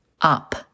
up